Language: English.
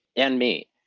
and me.